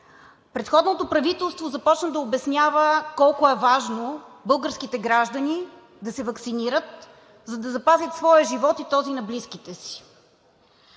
предходното правителство започна да обяснява колко е важно българските граждани да се ваксинират, за да запазят своя живот и този на близките си.